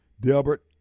Delbert